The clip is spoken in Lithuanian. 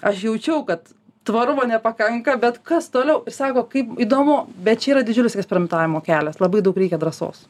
aš jaučiau kad tvarumo nepakanka bet kas toliau ir sako kaip įdomu bet čia yra didžiulis eksperimentavimo kelias labai daug reikia drąsos